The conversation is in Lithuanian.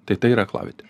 tai tai yra aklavietė